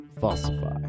Falsify